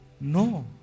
No